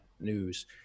news